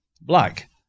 black